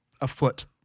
afoot